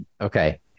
Okay